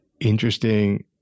interesting